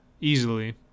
easily